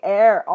air